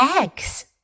eggs